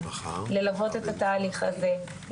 אני שמחה לפתוח את הישיבה המשותפת של ועדת החינוך,